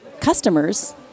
customers